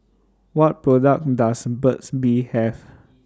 What products Does Burt's Bee Have